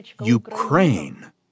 Ukraine